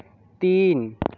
তিন